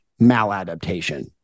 maladaptation